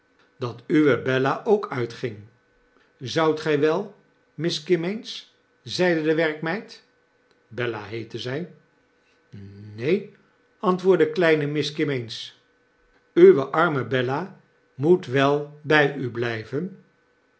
dat uwe bella ook uitging zoudt gy wel miss kimmeens zeide de werkmeid bella heette zy ne-een antwoordde kleine miss kimmeens uwe arme bella moet wel bij u blyven